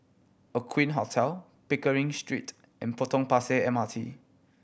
Aqueen Hotel Pickering Street and Potong Pasir M R T